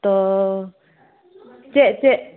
ᱛᱚ ᱪᱮᱫ ᱪᱮᱫ